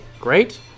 great